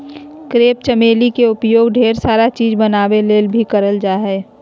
crepe चमेली के उपयोग ढेर सारा चीज़ बनावे ले भी करल जा हय